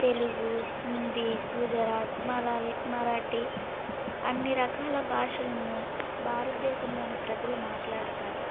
తెలుగు హిందీ గుజరాత్ మలాలి మరాఠీ అన్ని రకాల భాషలను భారతదేశంలోని ప్రజలు మాట్లాడతారు